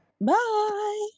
Bye